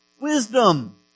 Wisdom